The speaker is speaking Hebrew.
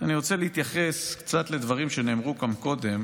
אני רוצה להתייחס קצת לדברים שנאמרו כאן קודם